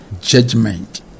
judgment